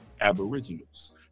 aboriginals